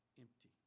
empty